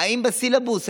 אם בסילבוס,